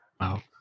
Wow